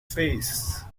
face